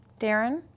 Darren